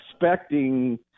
expecting